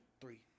three